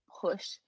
push